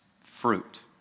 fruit